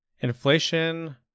inflation